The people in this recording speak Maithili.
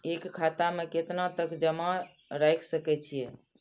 एक खाता में केतना तक जमा राईख सके छिए?